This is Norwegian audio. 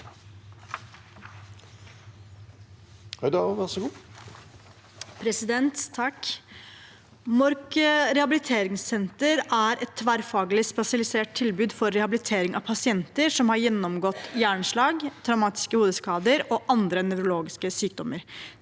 Mork rehabiliteringssenter er et tverrfaglig spesialisert tilbud for rehabilitering av pasienter som har gjennomgått hjerneslag, traumatiske hodeskader og andre nevrologiske sykdommer.